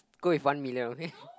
go with one million okay